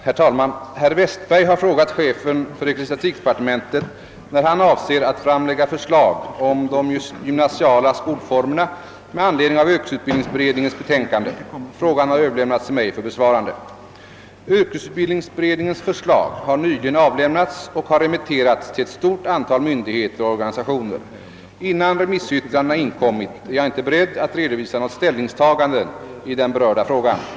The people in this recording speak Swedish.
Herr talman! Herr Westberg har frågat chefen för ecklesiastikdepartementet, när han avser att framlägga förslag om de gymnasiala skolformerna med anledning av yrkesutbildningsberedningens betänkande. Frågan har öÖöverlämnats till mig för besvarande. Yrkesutbildningsberedningens förslag har nyligen avlämnats och har remitterats till ett stort antal myndigheter och organisationer. Innan remissyttrandena inkommit är jag inte beredd att redovisa något ställningstagande i den berörda frågan.